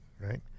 right